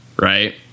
right